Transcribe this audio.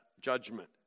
judgment